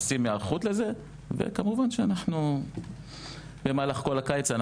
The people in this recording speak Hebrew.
עושים לזה היערכות לזה ואנחנו על זה במהלך הקיץ.